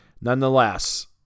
nonetheless